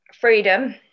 freedom